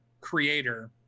creator